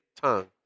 tongue